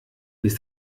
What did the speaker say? bis